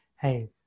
hey